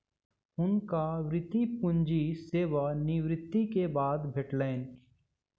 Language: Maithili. हुनका वृति पूंजी सेवा निवृति के बाद भेटलैन